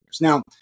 Now